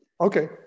Okay